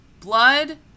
Blood